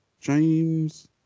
James